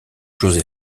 josé